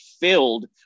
filled